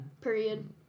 Period